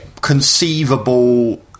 conceivable